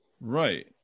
Right